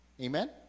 Amen